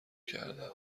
کردم